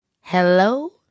hello